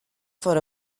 for